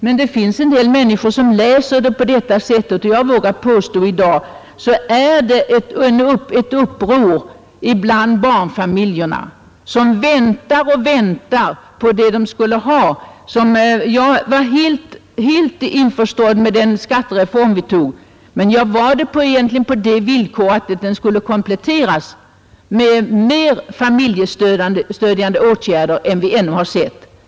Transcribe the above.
Men det finns en del människor som läser uttalandet på detta sätt, och jag vågar påstå att barnfamiljerna i dag känner sig upproriska. De väntar och väntar på att något skall göras för dem. Jag var helt införstådd med den skattereform som vi genomförde, men jag var det egentligen på det villkoret att den skulle kompletteras med mer familjestödjande åtgärder än vi hittills har sett.